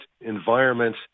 environment